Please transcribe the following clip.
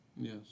Yes